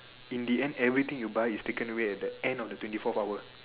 in the end everything you buy is taken away at the end of the twenty forth hour